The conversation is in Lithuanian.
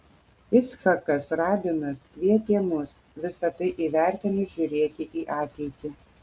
icchakas rabinas kvietė mus visa tai įvertinus žiūrėti į ateitį